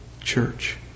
church